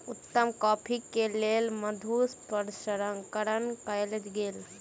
उत्तम कॉफ़ी के लेल मधु प्रसंस्करण कयल गेल